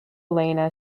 elena